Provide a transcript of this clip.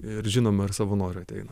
ir žinoma ir savo noru ateina